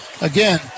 Again